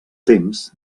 temps